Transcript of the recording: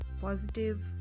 positive